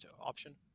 option